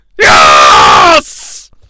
Yes